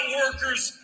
workers